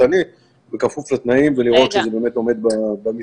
פרטני בכפוף לתנאים ולראות שזה באמת עומד במתווים.